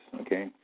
okay